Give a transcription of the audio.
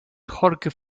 jorge